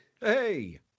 Hey